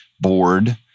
board